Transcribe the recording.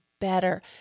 Better